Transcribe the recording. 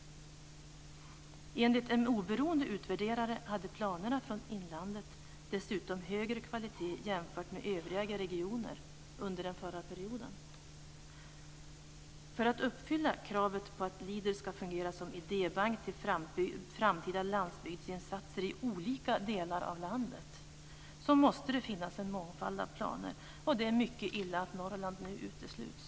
Enligt en oberoende utvärderare hade planerna från inlandet dessutom högre kvalitet än övriga regioner under den förra perioden. För att uppfylla kravet på att Leader ska fungera som idébank till framtida landsbygdsinsatser i olika delar av landet måste det finnas en mångfald planer. Det är mycket illa att Norrland nu utesluts.